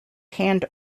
hand